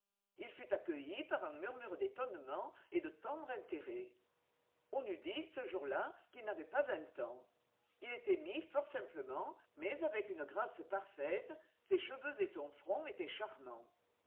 il fut accueilli par un murmure d'étonnement et de tendre intérêt on eût dit ce jour-là qu'il n'avait pas vingt ans il était mis fort simplement mais avec une grâce parfaite ses cheveux et son front étaient charmants